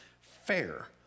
fair